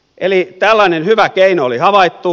eli tällainen hyvä keino oli havaittu